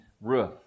roof